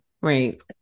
right